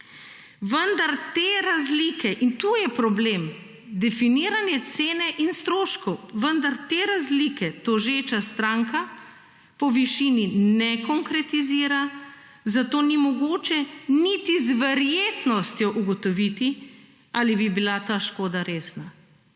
vendar te razlike, in tu je problem, definiranje cene in stroškov, vendar te razlike tožeča stranka po višini ne konkretizira, zato ni mogoče niti z verjetnostjo ugotoviti ali bi bila ta škoda resna.